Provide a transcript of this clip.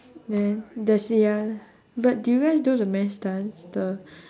then that's it ah but did you guys do the mass dance the